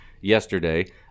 yesterday